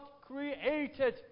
created